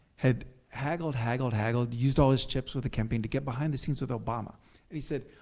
had haggled, haggled, haggled, used all his chips with the campaign to get behind the scenes with obama and he said,